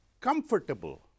comfortable